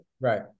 Right